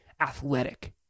athletic